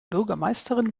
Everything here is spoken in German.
bürgermeisterin